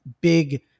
big